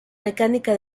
mecánica